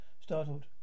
startled